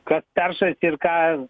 kas peršasi ir ką